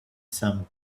some